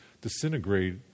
disintegrate